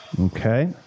Okay